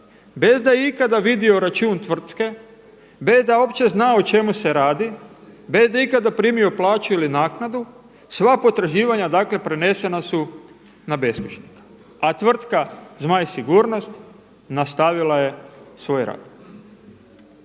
bez da je ikada vidio račun tvrtke, bez da uopće zna o čemu se radi, bez da je ikada primio plaću ili naknadu, sva potraživanja prenesena su beskućnika. A tvrtka „Zmaj sigurnost“ nastavila je svoj rad.